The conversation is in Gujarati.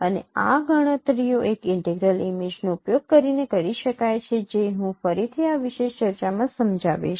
અને આ ગણતરીઓ એક ઇન્ટેગ્રલ ઇમેજનો ઉપયોગ કરીને કરી શકાય છે જે હું ફરીથી આ વિશેષ ચર્ચામાં સમજાવીશ